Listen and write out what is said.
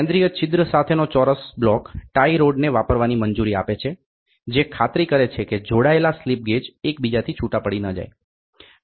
કેન્દ્રીય છિદ્ર સાથેનો ચોરસ બ્લોક ટાઇરોડને વાપરવાની મંજૂરી આપે છે જે ખાતરી કરે છે કે જોડાયેલા સ્લિપ ગેજ એકબીજાથી છૂટા ન પડી જાય